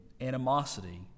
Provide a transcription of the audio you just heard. animosity